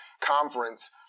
conference